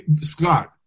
Scott